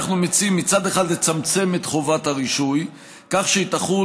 אנחנו מציעים מצד אחד לצמצם את חובת הרישוי כך שהיא תחול